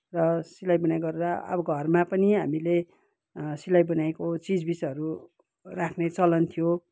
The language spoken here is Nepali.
र सिलाइ बुनाइ गर्दा अब घरमा पनि हामीले सिलाइ बुनाइको चिजबिजहरू राख्ने चलन थियो